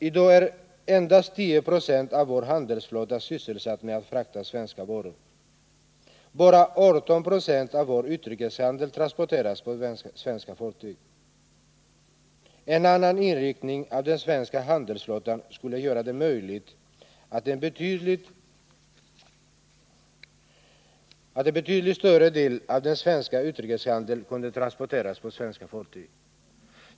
I dag är endast 10 96 av vår handelsflotta sysselsatt med att frakta svenska varor. Bara 18 96 av vår utrikeshandel transporteras på svenska fartyg. En annan inriktning av den svenska handelsflottan skulle göra det möjligt att en betydligt större del av den svenska utrikeshandeln kunde transporteras på svenska fartyg.